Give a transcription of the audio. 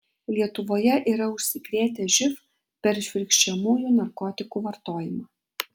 lietuvoje yra užsikrėtę živ per švirkščiamųjų narkotikų vartojimą